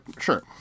Sure